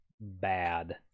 bad